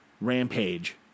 rampage